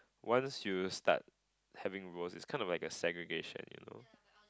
once you start having roles it's kinda like a segregation you know